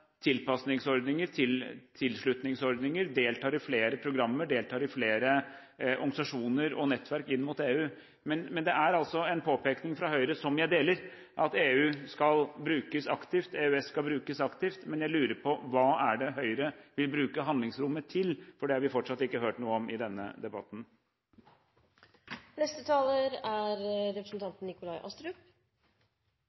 tilpasningsordninger, tilslutningsordninger, deltar i flere programmer, deltar i flere organisasjoner og nettverk inn mot EU. Det er altså en påpekning fra Høyre som jeg deler, at EU skal brukes aktivt, EØS skal brukes aktivt, men jeg lurer på: Hva er det Høyre vil bruke handlingsrommet til? Det har vi fortsatt ikke hørt noe om i denne debatten. Høyre vil bl.a. bruke handlingsrommet til å jobbe for det regjeringen også er